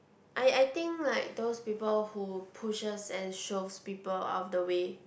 I I think like those people who pushes and shoves people out of the way